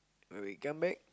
when we come back